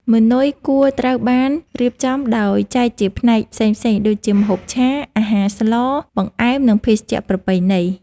ម៉ឺនុយគួរត្រូវបានរៀបចំដោយចែកជាផ្នែកផ្សេងៗដូចជាម្ហូបឆា អាហារស្ល បង្អែម និងភេសជ្ជៈប្រពៃណី។